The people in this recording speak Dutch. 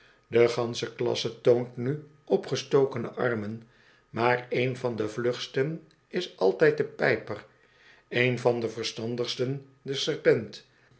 de gansche klasse toont nu opgestokene armen maar een van de vlugsten is altijd de pijper een van de verstandigsten de serpent